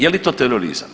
Je li to terorizam?